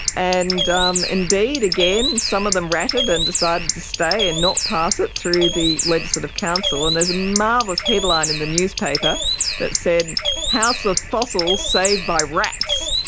and um indeed, again, some of them ratted and decided to stay and not pass it through the legislative council. council. and there's a marvellous headline in the newspaper that said house of fossils saved by rats.